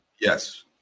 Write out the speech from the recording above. Yes